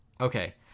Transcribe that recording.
Okay